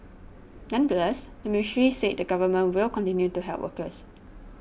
nonetheless the ministry said the Government will continue to help workers